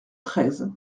treize